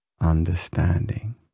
understanding